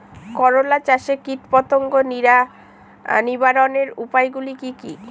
করলা চাষে কীটপতঙ্গ নিবারণের উপায়গুলি কি কী?